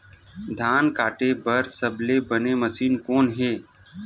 धान काटे बार सबले बने मशीन कोन हे?